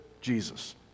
Jesus